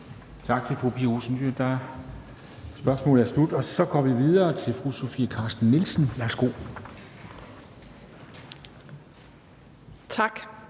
Tak til fru Pia Olsen Dyhr. Spørgsmålet er slut. Så går vi videre til fru Sofie Carsten Nielsen. Værsgo. Kl.